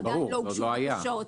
עוד לא היה.